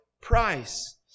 price